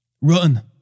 Run